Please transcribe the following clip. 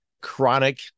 chronic